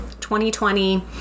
2020